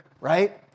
right